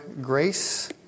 grace